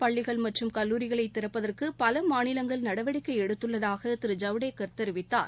பள்ளிகள் மற்றும் கல்லூரிகளை திறப்பதற்கு பல மாநிலங்கள் நடவடிக்கை எடுத்துள்ளதாக திரு ஜவடேகர் தெரிவித்தார்